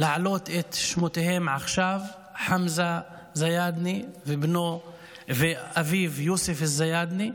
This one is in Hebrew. להעלות את שמותיהם עכשיו: חמזה זיאדנה ואביו יוסף זיאדנה,